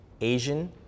Asian